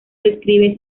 describe